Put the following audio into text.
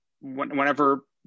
whenever